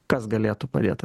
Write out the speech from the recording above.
kas galėtų padėti